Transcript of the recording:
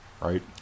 Right